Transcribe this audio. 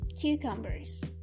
cucumbers